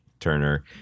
Turner